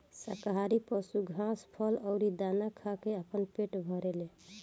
शाकाहारी पशु घास, फल अउरी दाना खा के आपन पेट भरेले